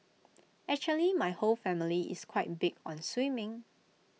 actually my whole family is quite big on swimming